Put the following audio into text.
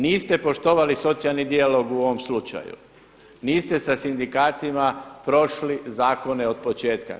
Niste poštovali socijalni dijalog u ovom slučaju, niste sa sindikatima prošli zakone od početka.